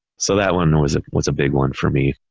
so that one was ah was a big one for me,